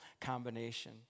combination